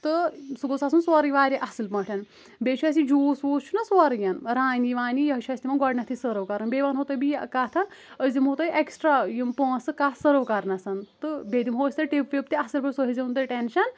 تہٕ سُہ گوٚس آسُن سورُے واریاہ اصل پٲٹھۍ بیٚیہِ چھُ اسہِ یہِ جوٗس ووٗس چھُنہ سورُے ین رانی وانی یہوے چھُ اسہِ تِمن گۄڈنیتھٕے سٔرٕو کرُن بیٚیہِ ونہو تۄہہ بہٕ بیٚیہِ کتھ اکھ أسۍ دمہو تۄہہِ ایٚکٕسٹرا یم پۄنٛسہٕ کتھ سٔرٕو کرنس تہٕ بیٚیہِ دمہو أسۍ تۄہہ ٹپ وپ تہِ اصل پٲٹھۍ سُہ ہے زیو نہٕ تُہۍ ٹٮ۪نشن